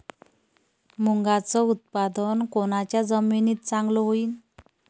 मुंगाचं उत्पादन कोनच्या जमीनीत चांगलं होईन?